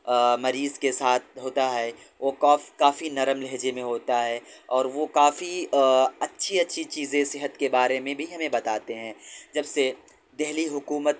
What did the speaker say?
مریض کے ساتھ ہوتا ہے وہ کافی نرم لہجے میں ہوتا ہے اور وہ کافی اچھی اچھی چیزیں صحت کے بارے میں بھی ہمیں بتاتے ہیں جب سے دہلی حکومت